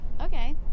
Okay